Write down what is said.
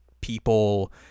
people